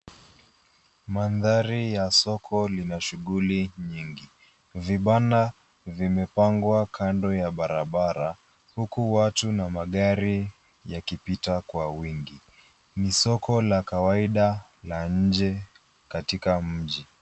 Mandhari ya soko lina shughuli nyingi. Vibanda vimepangwa kando ya barabara, huku watu na magari yakipita kwa wingi. Ni soko la kawaida la nje katika mji.